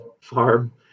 farm